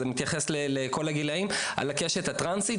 זה מתייחס לכל הגילאים על הקשת הטרנסית,